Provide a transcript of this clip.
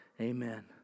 Amen